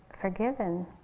forgiven